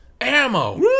ammo